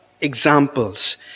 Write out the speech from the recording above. examples